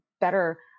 better